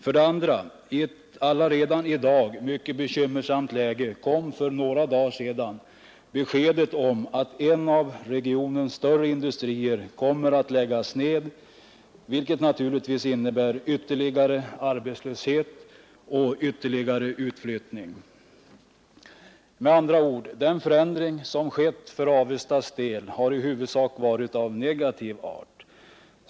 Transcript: För det andra: I ett redan i dag mycket bekymmersamt läge kom för några dagar sedan beskedet om att en av regionens större industrier kommer att läggas ned, vilket naturligtvis innebär ytterligare arbetslöshet och ytterligare utflyttning. Med andra ord, den förändring som skett för Avestas del har i huvudsak varit av negativ art.